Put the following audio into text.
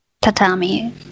tatami